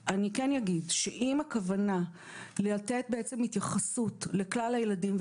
אני כן אגיד שאם הכוונה לתת בעצם התייחסות לכלל הילדים,